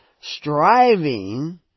striving